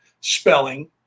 spelling